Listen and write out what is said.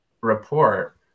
report